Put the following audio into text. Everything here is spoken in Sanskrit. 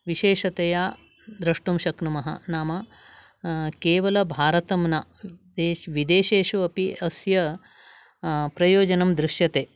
विशेषतया द्रष्टुं शक्नुमः नाम केवलभारतं न देश् विदेशेषु अपि अस्य प्रयोजनं दृश्यते